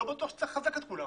לא בטוח שצריך לחזק את כולם,